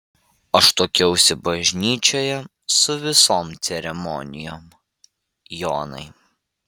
aš tuokiausi bažnyčioje su visom ceremonijom jonai